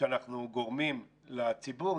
שאנחנו גורמים לציבור,